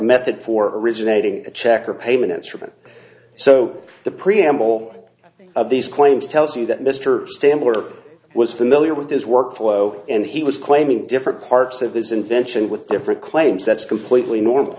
method for originating a check or payment instrument so the preamble of these claims tells you that mr stamp order was familiar with his workflow and he was claiming different parts of this invention with different claims that's completely normal